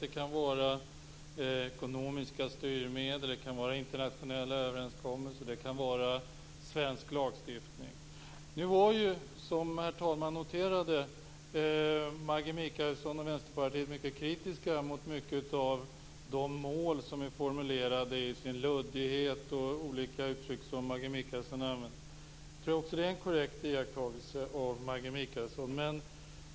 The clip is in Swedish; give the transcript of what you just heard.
Det kan vara ekonomiska styrmedel, internationella överenskommelser och det kan vara svensk lagstiftning. Som herr talman noterade är Maggi Mikaelsson och Vänsterpartiet mycket kritiska mot många av de mål som Maggi Mikaelsson uttrycker som luddigt formulerade. Jag tror att det är en korrekt iakttagelse av Maggi Mikaelsson.